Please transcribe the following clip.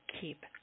keep